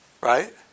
Right